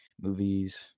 movies